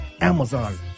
Amazon